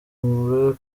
kuba